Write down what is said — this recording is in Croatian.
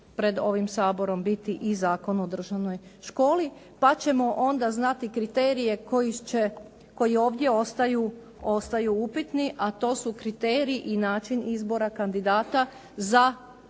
pred ovim Saborom biti i Zakon o državnoj školi pa ćemo onda znati kriterije koji ovdje ostaju upitni a to su kriteriji i način izbora kandidata za polazak